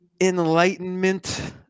enlightenment